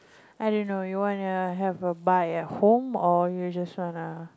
i don't know you wanna have a bite at home or you just wanna